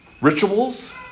rituals